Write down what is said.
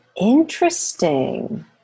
interesting